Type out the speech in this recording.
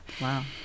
Wow